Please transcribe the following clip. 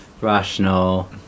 Rational